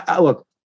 look